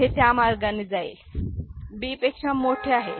हे त्या मार्गाने जाईल ब पेक्षा मोठे आहे